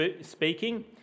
speaking